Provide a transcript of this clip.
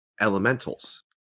elementals